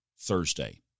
Thursday